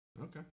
Okay